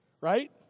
Right